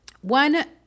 one